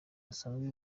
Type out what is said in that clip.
basanzwe